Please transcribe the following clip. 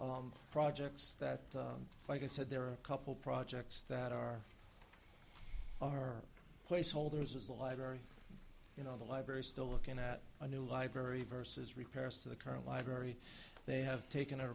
of projects that like i said there are a couple projects that are are placeholders is the library you know the library still looking at a new library versus repairs to the current library they have taken